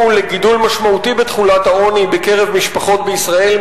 לגידול משמעותי בתחולת העוני בקרב משפחות בישראל,